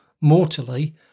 mortally